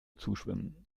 zuschwimmen